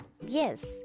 Yes